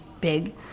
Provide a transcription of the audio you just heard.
big